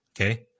Okay